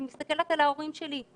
אני מסתכלת על ההורים שלי,